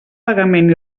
pagament